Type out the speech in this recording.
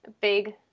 big